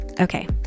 Okay